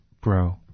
bro